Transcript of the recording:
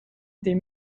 des